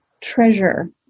treasure